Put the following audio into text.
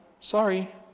sorry